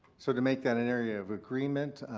so to make that an area of agreement,